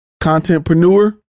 contentpreneur